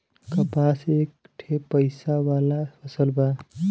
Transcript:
कपास एक ठे पइसा वाला फसल बा